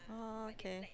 oh okay